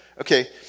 Okay